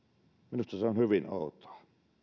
minusta se on hyvin outoa